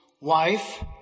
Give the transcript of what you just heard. wife